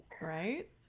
Right